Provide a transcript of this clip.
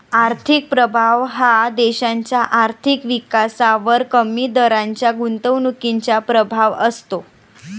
आर्थिक प्रभाव हा देशाच्या आर्थिक विकासावर कमी दराच्या गुंतवणुकीचा प्रभाव असतो